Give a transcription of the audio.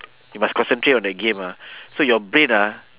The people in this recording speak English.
you must concentrate on the game ah so your brain ah